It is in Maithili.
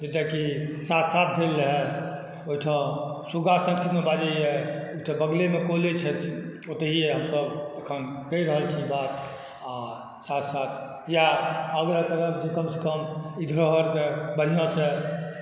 जेतऽ कि शास्त्रार्थ भेल रहै ओहि ठाउँ सुग्गा संस्कृतमे बाजैए ओतऽ बगलेमे कॉलेज छथिन ओते ही हमसब अखन करि रहल छी बात आ साथ साथ यएह आग्रह करब जे कम से कम ई धरोहरके बढ़िऑं सऽ